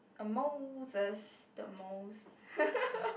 a Moses the most